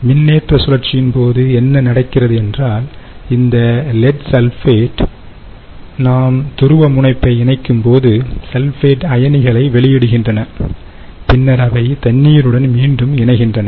மின்னேற்ற சுழற்சியின் போது என்ன நடக்கிறதுஎன்றால் இந்த லெட் சல்பேட் நாம் துருவமுனைப்பை இணைக்கும்போது சல்பேட் அயனிகளை வெளியிடுகின்றன பின்னர் அவை தண்ணீருடன் மீண்டும் இணைகின்றன